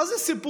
מה זה סיפוח?